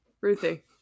Ruthie